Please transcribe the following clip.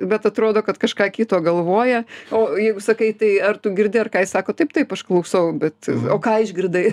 bet atrodo kad kažką kito galvoja o jeigu sakai tai ar tu girdi ar ką jis sako taip taip aš klausau bet o ką išgirdai